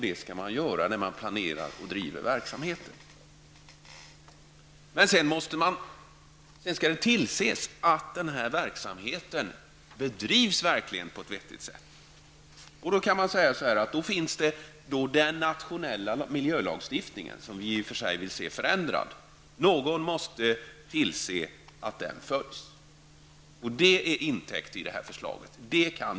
Det skall man göra när man planerar och driver verksamheten. Sedan skall det tillses att den här verksamheten verkligen bedrivs på ett vettigt sätt. Då finns den nationella miljölagstiftningen -- som vi i och för sig vill se förändrad -- och någon måste tillse att den följs. Det är intäkt till det här förslaget.